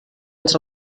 ens